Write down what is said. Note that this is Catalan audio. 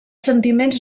sentiments